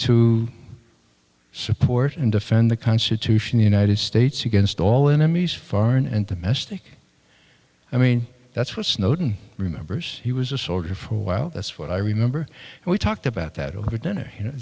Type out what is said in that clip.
to support and defend the constitution united states against all enemies foreign and domestic i mean that's what snowden remembers he was a soldier for while that's what i remember and we talked about that over dinner you know